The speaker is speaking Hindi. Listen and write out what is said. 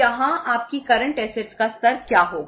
यह 4800 होगा